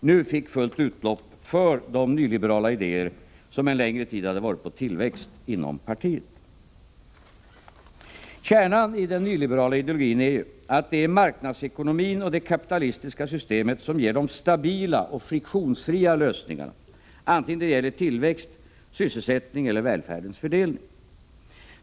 nu fick fullt utlopp för de nyliberala idéer som en längre tid varit på tillväxt inom partiet. Kärnan i den nyliberala ideologin är ju att det är marknadsekonomin och det kapitalistiska systemet som ger de stabila och friktionsfria lösningarna, antingen det gäller tillväxt, sysselsättning eller välfärdens fördelning.